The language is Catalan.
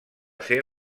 ser